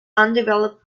undeveloped